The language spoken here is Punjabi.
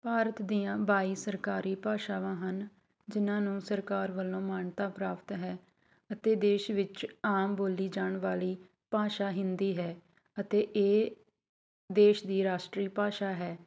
ਭਾਰਤ ਦੀਆਂ ਬਾਈ ਸਰਕਾਰੀ ਭਾਸ਼ਾਵਾਂ ਹਨ ਜਿਹਨਾਂ ਨੂੰ ਸਰਕਾਰ ਵੱਲੋਂ ਮਾਨਤਾ ਪ੍ਰਾਪਤ ਹੈ ਅਤੇ ਦੇਸ਼ ਵਿੱਚ ਆਮ ਬੋਲੀ ਜਾਣ ਵਾਲੀ ਭਾਸ਼ਾ ਹਿੰਦੀ ਹੈ ਅਤੇ ਇਹ ਦੇਸ਼ ਦੀ ਰਾਸ਼ਟਰੀ ਭਾਸ਼ਾ ਹੈ